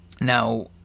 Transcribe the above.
now